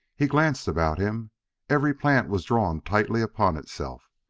he glanced about him every plant was drawn tightly upon itself.